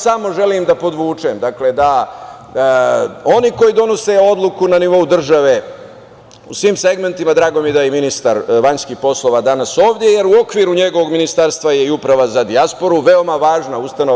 Samo želim da podvučem da oni koji donose odluku na nivou države u svim segmentima, drago mi je da je i ministar spoljnih poslova danas ovde, jer u okviru njegovog ministarstva je i Uprava za dijasporu, veoma važna ustanova.